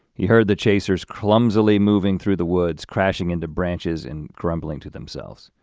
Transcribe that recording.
he heard the chasers clumsily moving through the woods crashing into branches and crumbling to themselves,